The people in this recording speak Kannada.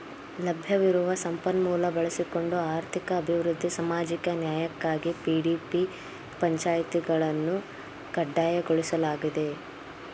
ಲಭ್ಯವಿರುವ ಸಂಪನ್ಮೂಲ ಬಳಸಿಕೊಂಡು ಆರ್ಥಿಕ ಅಭಿವೃದ್ಧಿ ಸಾಮಾಜಿಕ ನ್ಯಾಯಕ್ಕಾಗಿ ಪಿ.ಡಿ.ಪಿ ಪಂಚಾಯಿತಿಗಳನ್ನು ಕಡ್ಡಾಯಗೊಳಿಸಲಾಗಿದೆ